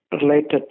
related